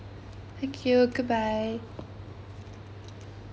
thank you goodbye